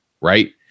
right